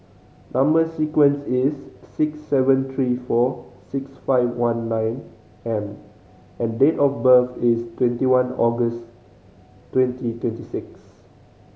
number sequence is six seven three four six five one nine M and date of birth is twenty one August twenty twenty six